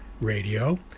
radio